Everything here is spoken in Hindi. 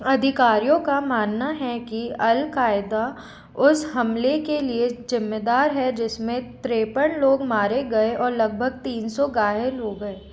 अधिकारियों का मानना है कि अल कायदा उस हमले के लिए ज़िम्मेदार है जिसमें तिरेपन लोग मारे गए और लगभग तीन सौ घायल हो गए